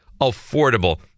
affordable